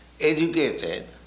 educated